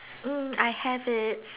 mm I have it